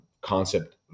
concept